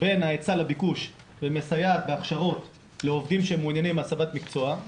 בין ההיצע לביקוש ומסייעת בהכשרות לעובדים המעוניינים בהסבת מקצוע,